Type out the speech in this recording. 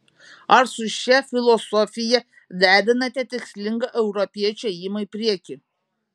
ar su šia filosofija derinate tikslingą europiečio ėjimą į priekį